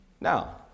Now